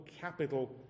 capital